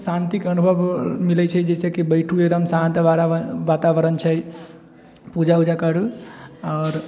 शान्तिके अनुभव मिलै छै जइसेकि बैठू एकदम शान्त वातावरण छै पूजा वूजा करू आओर